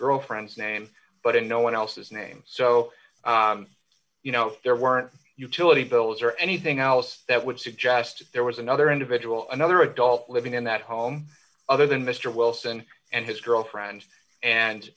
girlfriend's name but in no one else's name so you know there weren't utility bills or anything else that would suggest there was another individual another adult living in that home other than mister wilson and his girlfriend and